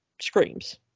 screams